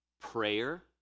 Prayer